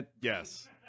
Yes